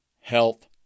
health